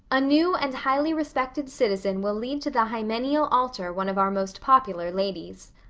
a new and highly respected citizen will lead to the hymeneal altar one of our most popular ladies.